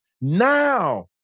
now